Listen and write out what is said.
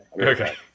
Okay